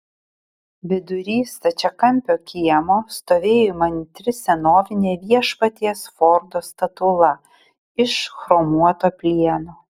vidury stačiakampio kiemo stovėjo įmantri senovinė viešpaties fordo statula iš chromuoto plieno